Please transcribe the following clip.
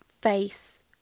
face